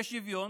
בשוויון,